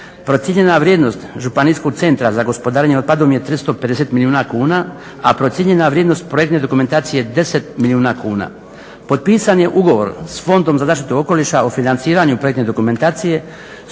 Procijenjena vrijednost županijskog centra za gospodarenje otpadom je 350 milijuna kuna a procijenjena vrijednost projektne dokumentacije je 10 milijuna kuna. Potpisan je ugovor s Fondom za zaštitu okoliša o financiranju projektne dokumentacije